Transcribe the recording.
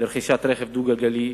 לרכישת רכב דו-גלגלי,